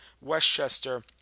westchester